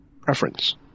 preference